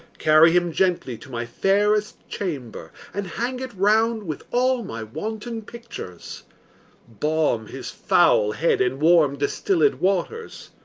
carry him gently to my fairest chamber, and hang it round with all my wanton pictures balm his foul head in warm distilled waters,